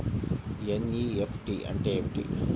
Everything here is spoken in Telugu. ఎన్.ఈ.ఎఫ్.టీ అంటే ఏమిటీ?